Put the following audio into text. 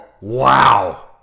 Wow